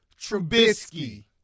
Trubisky